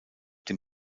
dem